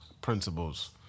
principles